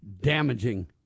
damaging